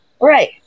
Right